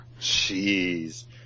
jeez